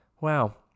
Wow